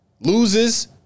Loses